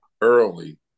early